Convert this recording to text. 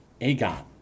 Aegon